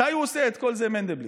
מתי הוא עושה את כל זה, מנדלבליט?